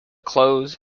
clothes